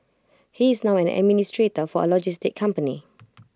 he is now an administrator for A logistics company